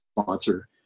sponsor